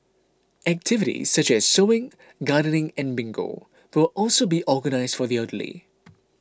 activities such as sewing gardening and bingo will also be organised for the elderly